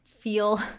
feel